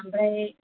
ओमफ्राय